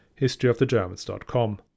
historyofthegermans.com